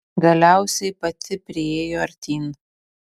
galiausiai pati priėjo artyn